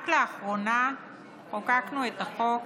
רק לאחרונה חוקקנו את החוק